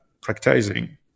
practicing